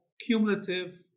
cumulative